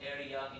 area